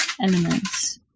elements